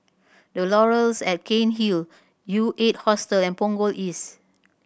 Laurels at Cairnhill U Eight Hostel and Punggol East